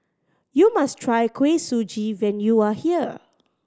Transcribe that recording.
you must try Kuih Suji when you are here